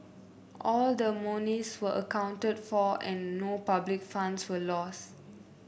all the monies were accounted for and no public funds were lost